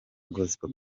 gospel